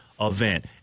event